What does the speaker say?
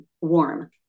warm